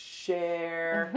share